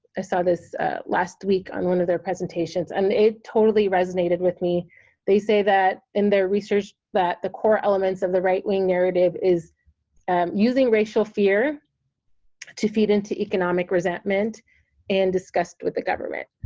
i saw this last week on one of their presentations, and it totally resonated with me they say that in their research that the core elements of the right wing narrative is using racial fear to feed into economic resentment and disgust with the government,